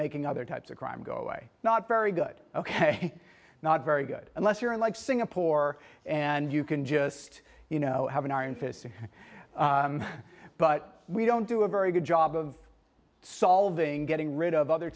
making other types of crime go away not very good ok not very good unless you're in like singapore and you can just you know have an iron fist but we don't do a very good job of solving getting rid of other